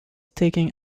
taken